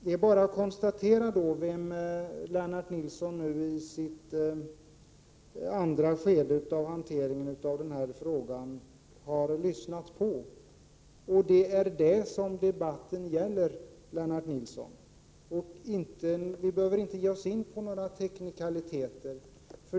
Det är bara att konstatera vem Lennart Nilsson nu i andra skedet av hanteringen av denna fråga har lyssnat på. Det är detta debatten gäller, Lennart Nilsson. Vi behöver inte ge oss in på några teknikaliteter.